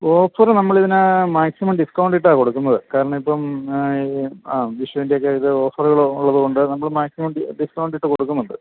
offer നമ്മൾ ഇതിന് maximum ഡിസ്കൗണ്ടിട്ടാണ് കൊടുക്കുന്നത് കാരണം ഇപ്പം ആ വിഷുവിൻറ്റേക്കെ ഓഫറുകൾ ഉള്ളതു കൊണ്ട് നമ്മൾ മാക്സിമം ഡിസ്കൗണ്ടിട്ട് കൊടുക്കുന്നുണ്ട്